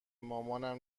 مامانم